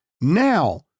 now